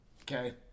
okay